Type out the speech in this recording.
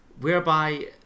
Whereby